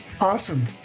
Awesome